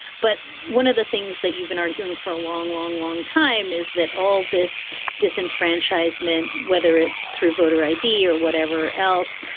but one of the things that you've been arguing for a long, long, long time is that all this disenfranchisement, whether it's through voter i d. or whatever else,